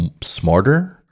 smarter